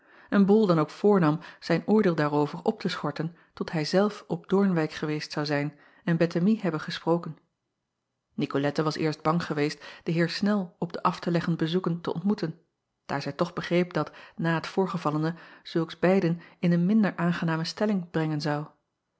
en ol dan ook voornam zijn oordeel daarover op te schorten tot hij zelf op oornwijck geweest zou zijn en ettemie hebben gesproken icolette was eerst bang geweest den eer nel op de af te leggen bezoeken te ontmoeten daar zij toch begreep acob van ennep laasje evenster delen dat na het voorgevallene zulks beiden in een minder aangename stelling brengen zou